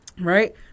right